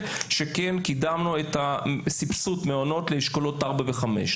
שקידמנו את סבסוד המעונות באשכולות ארבע וחמש.